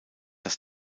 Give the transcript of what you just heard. dass